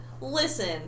listen